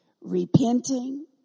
repenting